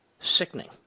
sickening